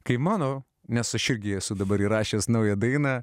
kai mano nes aš irgi esu dabar įrašęs naują dainą